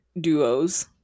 duos